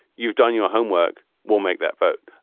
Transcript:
you've done your homework. we'll make that vote.